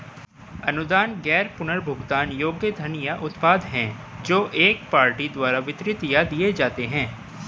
अनुदान गैर पुनर्भुगतान योग्य धन या उत्पाद हैं जो एक पार्टी द्वारा वितरित या दिए जाते हैं